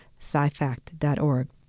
scifact.org